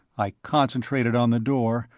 i concentrated on the door,